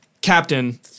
Captain